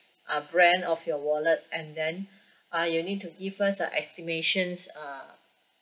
uh brand of your wallet and then uh you need to give us the estimations uh